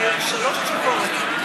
שלוש תשובות.